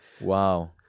Wow